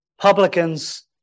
publicans